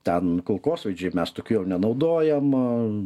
ten kulkosvaidžiai mes tokių jau nenaudojam